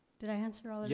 did i answer all yeah